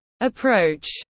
approach